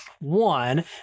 One